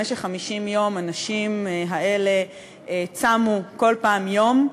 במשך 50 יום הנשים האלה צמו, כל פעם יום,